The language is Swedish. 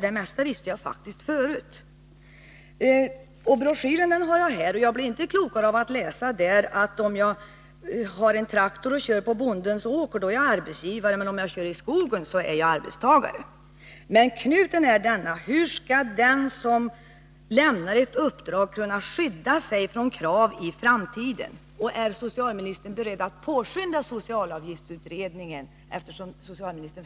Det mesta visste jag faktiskt förut, och riksförsäkringsverkets broschyr har jag här i min hand. Men jag blir inte klokare av att i denna läsa att jag är arbetsgivare om jag kör min traktor på bondens åker men arbetstagare om jag kör i hans skog! 63 Kärnfrågan är: Hur skall den som lämnar ett uppdrag kunna skydda sig från krav i framtiden? Eftersom socialministern dess